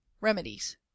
remedies